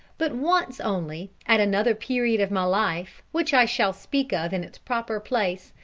but once only, at another period of my life, which i shall speak of in its proper place,